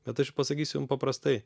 bet aš pasakysiu jum paprastai